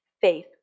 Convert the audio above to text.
Faith